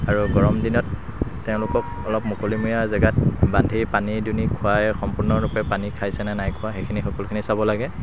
আৰু গৰম দিনত তেওঁলোকক অলপ মুকলিমূৰীয়া জেগাত বান্ধি পানী দুনি খুৱাই সম্পূৰ্ণৰূপে পানী খাইছে নে নাই খোৱা সেইখিনি সকলোখিনি চাব লাগে